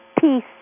peace